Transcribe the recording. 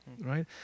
right